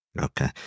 Okay